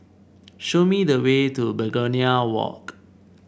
show me the way to Begonia Walk